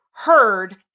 heard